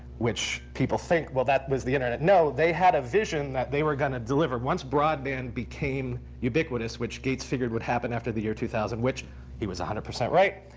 which people think, well, that was the internet. no, they had a vision that they were going to deliver. once broadband became ubiquitous, which gates figured would happen after the year two thousand, which he was one hundred percent right,